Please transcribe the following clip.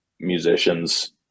musicians